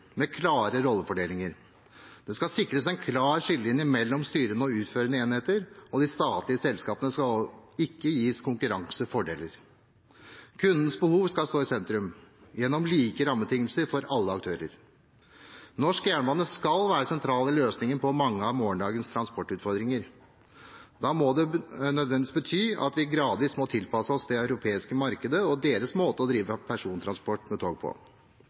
med klare rollefordelinger: Det skal sikres en klar skillelinje mellom styrende og utførende enheter. De statlige selskapene skal ikke gis konkurransefordeler. Kundens behov skal stå i sentrum gjennom like rammebetingelser for alle aktører. Norsk jernbane skal være sentral i løsningen på mange av morgendagens transportutfordringer. Da må det nødvendigvis bety at vi gradvis må tilpasse oss det europeiske markedet og deres måte å drive persontransport med tog på.